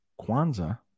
kwanzaa